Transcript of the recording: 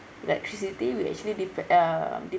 electricity we actually de~ uh